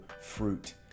fruit